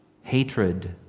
hatred